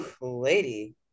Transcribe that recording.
lady